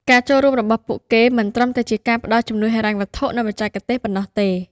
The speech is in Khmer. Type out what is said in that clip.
ការចូលរួមរបស់ពួកគេមិនត្រឹមតែជាការផ្តល់ជំនួយហិរញ្ញវត្ថុ និងបច្ចេកទេសប៉ុណ្ណោះទេ។